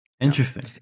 Interesting